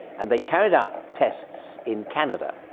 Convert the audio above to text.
and they carried out tests in canada,